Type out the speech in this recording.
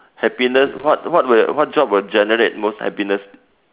happiness what what will what job would generate the most happiness